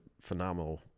phenomenal